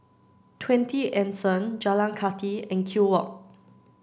Twenty Anson Jalan Kathi and Kew Walk